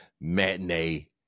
matinee